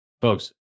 folks